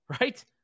right